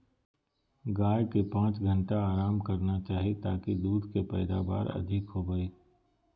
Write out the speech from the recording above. गाय के पांच घंटा आराम करना चाही ताकि दूध के पैदावार अधिक होबय